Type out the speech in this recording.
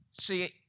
See